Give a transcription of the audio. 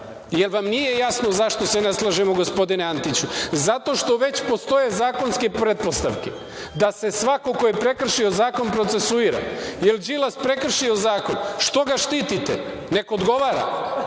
vam nije jasno zašto se ne slažemo gospodine Antiću? Zato što već postoje zakonske pretpostavke da se svako ko je prekršio zakon procesuira. Jel Đilas prekršio zakon? Što ga štitite? Neka odgovara.